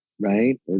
right